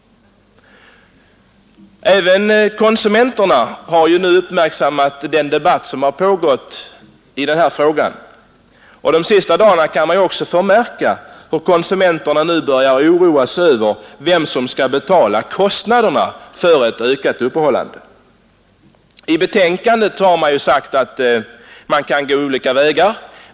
Även konsumenterna har ju uppmärksammat den debatt som har pågått i den här frågan, och de senaste dagarna har man också kunnat förmärka hur de börjar oroa sig över vem som skall betala kostnaderna för ett ökat öppethållande. I betänkandet har det sagts att man kan gå olika vägar.